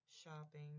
Shopping